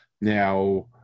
Now